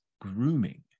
grooming